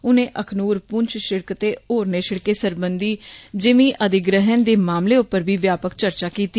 उनें अखनूर पुंछ शिड़क ते होरने शिड़कें सरबंधी ज़िमी अधिग्रह दे मामले उप्पर बी व्यापक चर्चा कीती